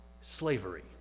slavery